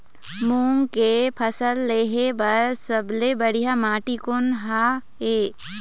मूंग के फसल लेहे बर सबले बढ़िया माटी कोन हर ये?